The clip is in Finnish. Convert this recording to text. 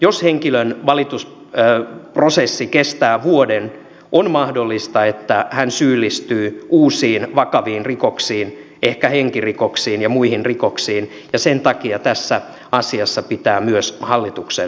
jos henkilön valitusprosessi kestää vuoden on mahdollista että hän syyllistyy uusiin vakaviin rikoksiin ehkä henkirikoksiin ja muihin rikoksiin ja sen takia tässä asiassa pitää myös hallituksen toimia